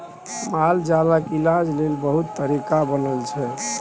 मालजालक इलाज लेल बहुत तरीका बनल छै